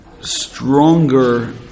stronger